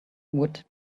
would